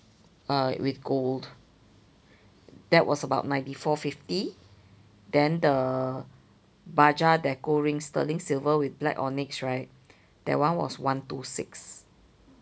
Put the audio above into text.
uh with gold that was about ninety four fifty then the baja deco rings sterling silver with black onyx right that one was one two six